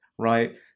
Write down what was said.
Right